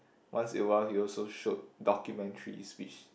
once in a while he also showed documentaries which